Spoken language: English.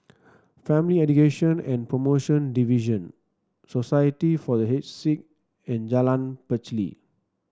Family Education and Promotion Division Society for The Aged Sick and Jalan Pacheli